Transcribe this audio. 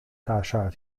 大厦